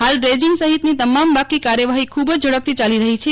હાલ ડ્રેજીંગ સહિતની તમામ બાકી કાર્યવાહી ખૂબ જ ઝડપી ચાલી રહી છે